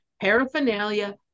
paraphernalia